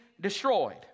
destroyed